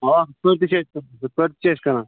اَوا تُل تہِ چھِ أسۍ پٔٹۍ تہِ چھِ أسۍ کٕنان